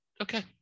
okay